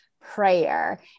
prayer